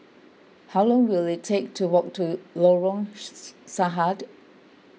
how long will it take to walk to Lorong Sahad